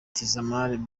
tizama